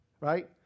Right